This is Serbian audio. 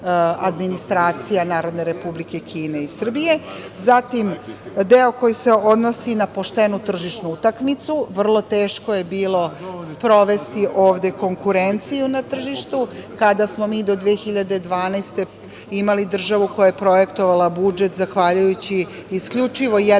administracija Narodne Republike Kine i Srbije. Zatim, deo koji se odnosi na poštenu tržišnu utakmicu, vrlo teško je bilo sprovesti ovde konkurenciju na tržištu kada smo mi do 2012. godine imali državu koja je projektovala budžet zahvaljujući isključivo jednom